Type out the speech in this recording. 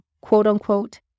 quote-unquote